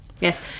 Yes